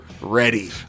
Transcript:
ready